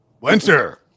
winter